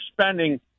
spending